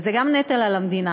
וזה גם נטל על המדינה.